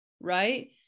right